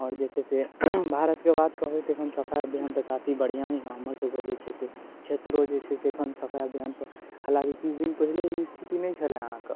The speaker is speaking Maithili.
आओर जे छै से भारतके बात कहबै तऽ एखन सफाइ अभियान तऽ काफी बढ़िआँ ही हऽ हमर सबके जे छै से क्षेत्रो जे छै से एखन सफाइ अभियानपर हलाँकि किछु दिन पहिले ई स्थिति नहि छलाए अहाँके